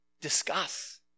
discuss